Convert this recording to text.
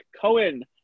Cohen